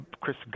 Chris